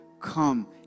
come